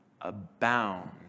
abound